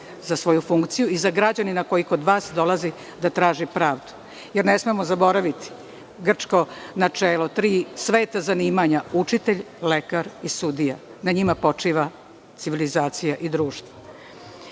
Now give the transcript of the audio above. za svoju funkciju i za građanina koji kod vas dolazi da traži pravdu. Ne smemo zaboraviti grčko načelo, tri sveta zanimanja - učitelj, lekar i sudija. Na njima počiva civilizacija i društvo. Dakle,